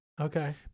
Okay